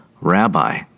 Rabbi